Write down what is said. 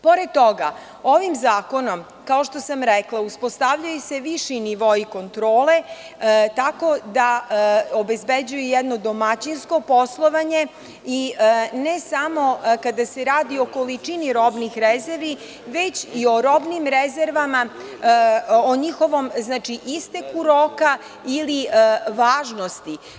Pored toga, ovim zakonom kao što sam rekla, uspostavljaju se viši nivoi kontrole, tako da obezbeđuje jedno domaćinsko poslovanje i ne samo kada se radi o količini robnih rezervi već i o robnim rezervama, o njihovom isteku roka, ili važnosti.